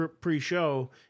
pre-show